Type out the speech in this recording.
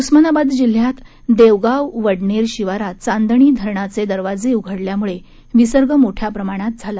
उस्मानाबाद जिल्ह्यात देवगाव वडनेर शिवारात चांदणी धरणाचे दरवाजे उघडल्यामुळे विसर्ग मोठ्या प्रमाणावर झाला